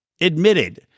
admitted